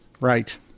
Right